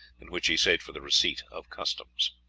in which he sate for the receipt of customs.